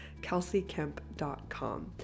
kelseykemp.com